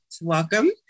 Welcome